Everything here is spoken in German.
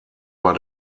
war